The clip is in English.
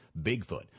bigfoot